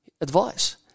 advice